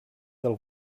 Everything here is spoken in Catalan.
del